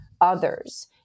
others